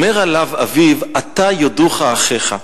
אומר עליו אביו: "אתה יודוך אחיך",